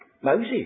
Moses